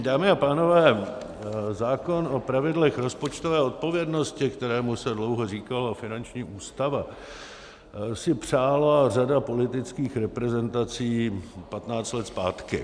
Dámy a pánové, zákon o pravidlech rozpočtové odpovědnosti, kterému se dlouho říkalo finanční ústava, si přála řada politických reprezentací patnáct let zpátky.